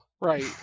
right